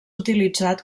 utilitzat